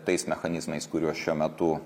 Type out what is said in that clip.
tais mechanizmais kuriuos šiuo metu